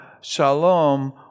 shalom